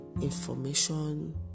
information